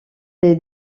des